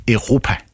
Europa